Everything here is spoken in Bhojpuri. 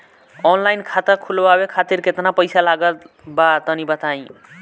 ऑनलाइन खाता खूलवावे खातिर केतना पईसा लागत बा तनि बताईं?